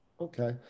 Okay